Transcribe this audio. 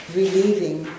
relieving